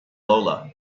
lola